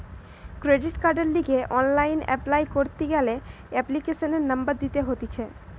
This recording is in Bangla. ক্রেডিট কার্ডের লিগে অনলাইন অ্যাপ্লাই করতি গ্যালে এপ্লিকেশনের নম্বর দিতে হতিছে